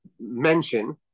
mention